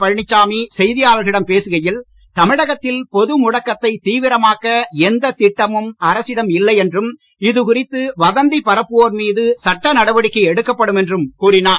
பழனிசாமி செய்தியாளர்களிடம் பேசுகையில் தமிழகத்தில் பொது முடக்கத்தைத் தீவிரமாக்க எந்தத் திட்டமும் அரசிடம் இல்லை என்றும் இது குறித்து வதந்தி பரப்புவோர் மீது சட்ட நடவடிக்கை எடுக்கப்படும் என்றும் கூறினார்